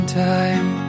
time